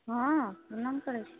हँ प्रणाम करैत छी